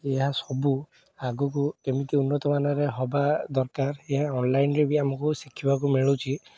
ଏହା ସବୁ ଆଗକୁ କେମିତି ଉନ୍ନତମାନରେ ହେବା ଦରକାର ଏହା ଅନଲାଇନରେ ବି ଆମକୁ ଶିଖିବାକୁ ମିଳୁଛି